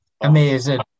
Amazing